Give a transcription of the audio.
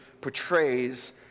portrays